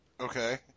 Okay